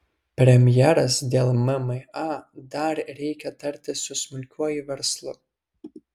premjeras dėl mma dar reikia tartis su smulkiuoju verslu